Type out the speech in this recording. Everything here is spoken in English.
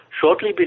shortly